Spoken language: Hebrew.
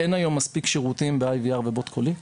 שאין היום מספיק שירותים של IVR ובוט קולי,